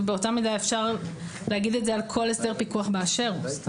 ובאותה מידה אפשר להגיד את זה על כל הסדר פיקוח באשר הוא.